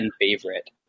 favorite